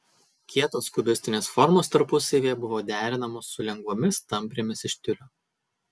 kietos kubistinės formos tarpusavyje buvo derinamos su lengvomis tamprėmis iš tiulio